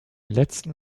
letzten